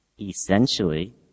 Essentially